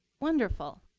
wonderful.